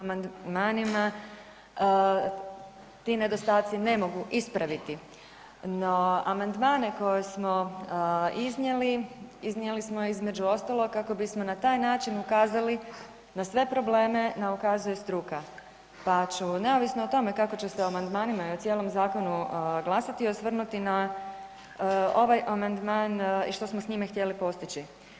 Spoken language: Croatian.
amandmanima ti nedostaci ne mogu ispraviti, no amandmane koje smo iznijeli, iznijeli smo između ostalog kako bismo na taj način ukazali na sve probleme na ukazuje struka pa ću neovisno o tome kako će se o amandmanima i o cijelom zakonu glasati, osvrnuti na ovaj amandman i što smo s njime htjeli postići.